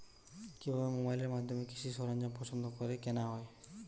কিভাবে মোবাইলের মাধ্যমে কৃষি সরঞ্জাম পছন্দ করে কেনা হয়?